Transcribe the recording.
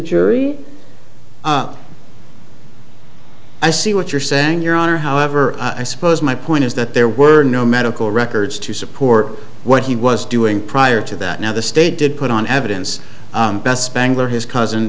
jury i see what you're saying your honor however i suppose my point is that there were no medical records to support what he was doing prior to that now the state did put on evidence best spangler his cousin